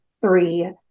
three